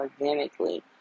organically